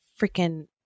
freaking